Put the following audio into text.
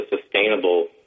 sustainable